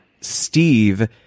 Steve